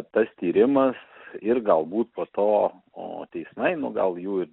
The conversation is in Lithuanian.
tas tyrimas ir galbūt po to o teismai nu gal jų